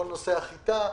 כל נושא החיטה.